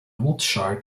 wiltshire